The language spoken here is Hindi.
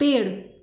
पेड़